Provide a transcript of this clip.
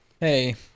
Hey